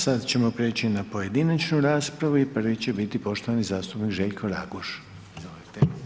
Sada ćemo prijeći na pojedinačnu raspravu i prvi će biti poštovani zastupnik Željko Raguž, izvolite.